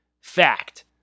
fact